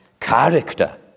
character